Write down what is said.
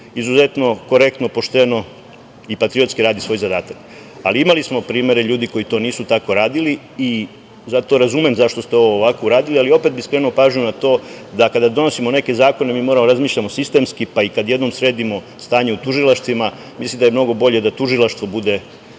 izuzetno korektno, pošteno i patriotski radi svoj zadatak. Ali, imali smo primere ljudi koji to nisu tako radili i zato razumem zašto ste ovo ovako uradili, ali opet bih skrenuo pažnju na to da kada donosimo neke zakone, mi moramo da razmišljamo sistemski, pa i kad jednom sredimo stanje u tužilaštvima, mislim da je mnogo bolje da tužilaštvo bude